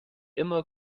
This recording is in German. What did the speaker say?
immer